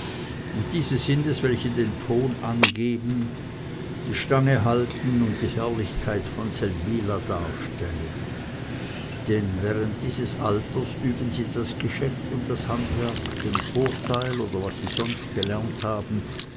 und diese sind es welche den ton angeben die stange halten und die herrlichkeit von seldwyla darstellen denn während dieses alters üben sie das geschäft das handwerk den vorteil oder was sie sonst gelernt haben